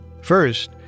First